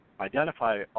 identify